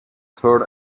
third